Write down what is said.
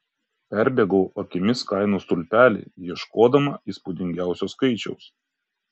perbėgau akimis kainų stulpelį ieškodama įspūdingiausio skaičiaus